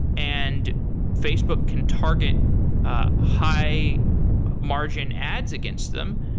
and facebook can target ah high margin ads against them,